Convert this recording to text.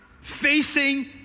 facing